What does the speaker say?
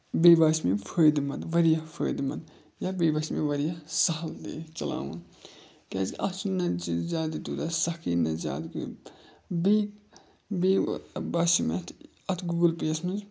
بیٚیہِ باسے مےٚ یِم فٲیدٕ منٛد واریاہ فٲیدٕ مَنٛد یا بیٚیہِ باسے مےٚ واریاہ سَہَل تہِ چَلاوُن کیٛازکہِ اَتھ چھُنہٕ نہ چھِ زیادٕ تیوٗتاہ سکھٕے نہ زیادٕ کینٛہہ بیٚیہِ بیٚیہِ باسیو مےٚ اَتھ اَتھ گوٗگٕل پے یَس منٛز